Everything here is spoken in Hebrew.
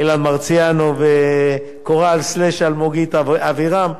אילן מרסיאנו וקורל אלמוגית אבירם,